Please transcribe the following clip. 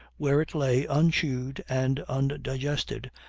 where it lay unchewed and undigested,